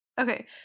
Okay